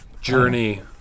Journey